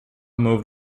moved